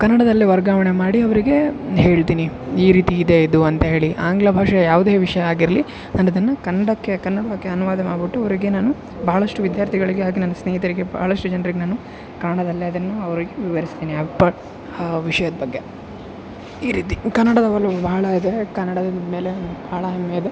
ಕನ್ನಡದಲ್ಲೇ ವರ್ಗಾವಣೆ ಮಾಡಿ ಅವರಿಗೆ ಹೇಳ್ತೀನಿ ಈ ರೀತಿ ಇದೆ ಇದು ಅಂತ್ಹೇಳಿ ಆಂಗ್ಲ ಭಾಷೆಯ ಯಾವುದೇ ವಿಷಯ ಆಗಿರಲಿ ನಾನು ಅದನ್ನ ಕನ್ನಡಕ್ಕೆ ಕನ್ನಡಕ್ಕೆ ಅನುವಾದ ಮಾಡ್ಬುಟ್ಟು ಅವರಿಗೆ ನಾನು ಬಹಳಷ್ಟು ವಿದ್ಯಾರ್ಥಿಗಳಿಗೆ ಹಾಗೆ ನನ್ನ ಸ್ನೇಹಿತರಿಗೆ ಬಹಳಷ್ಟು ಜನ್ರಿಗೆ ನಾನು ಕಾಣದಲ್ಲೇ ಅದನ್ನು ಅವ್ರಿಗೆ ವಿವರಿಸ್ತೀನಿ ವಿಷಯದ ಬಗ್ಗೆ ಈ ರೀತಿ ಕನ್ನಡದ ಒಲವು ಬಹಳ ಇದೆ ಕನ್ನಡದ ಮೇಲೆ ಬಹಳ ಹೆಮ್ಮೆ ಇದೆ